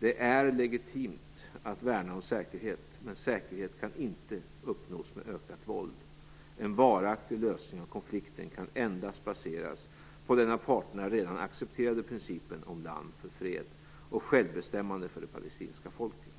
Det är legitimt att värna om säkerhet, men säkerhet kan inte uppnås med ökat våld. - En varaktig lösning av konflikten kan endast baseras på den av parterna redan accepterade principen om land för fred, och självbestämmande för det palestinska folket.